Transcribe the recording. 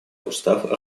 устав